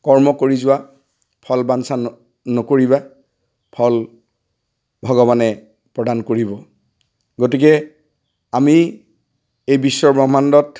কৰ্ম কৰি যোৱা ফল বাঞ্ছা নকৰিবা ফল ভগৱানে প্ৰদান কৰিব গতিকে আমি এই বিশ্ব ব্ৰহ্মাণ্ডত